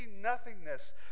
nothingness